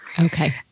Okay